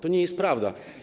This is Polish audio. To nie jest prawda.